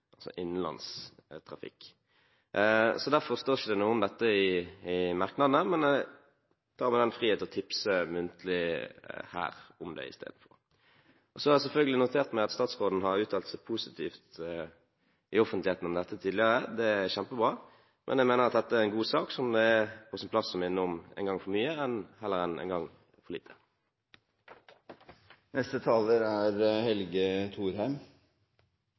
altså innenlandstrafikk. Derfor står det ikke noe om dette i merknadene, men jeg tar meg den frihet å tipse muntlig her om det istedenfor. Så har jeg selvfølgelig notert meg at statsråden har uttalt seg positivt i offentligheten om dette tidligere. Det er kjempebra, men jeg mener at dette er en god sak som det er på sin plass å minne om en gang for mye, heller enn en gang for